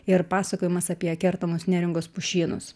ir pasakojimas apie kertamus neringos pušynus